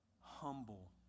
Humble